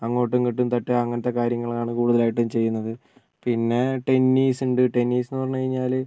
അങ്ങോട്ടുമിങ്ങോട്ടും തട്ടുക അങ്ങനത്തെ കാര്യങ്ങൾ ആണ് കൂടുതലായിട്ടും ചെയ്യുന്നത് പിന്നെ ടെന്നീസ് ഉണ്ട് ടെന്നീസ് എന്ന് പറഞ്ഞു കഴിഞ്ഞാൽ